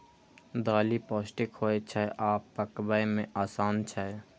दालि पौष्टिक होइ छै आ पकबै मे आसान छै